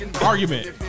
Argument